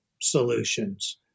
Solutions